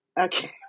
Okay